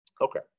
Okay